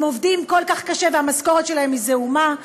הם עובדים כל כך קשה והמשכורת שלהם היא זעומה,